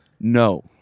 No